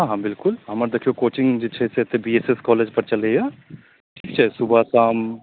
हँ हँ बिल्कुल हमर देखिऔ कोचिंग जे छै से एतऽ बी एस एस कॉलेजपर चलै अइ सुबह शाम